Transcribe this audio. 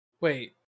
Wait